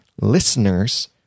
listeners